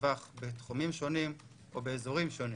טווח בתחומים שונים או באזורים שונים.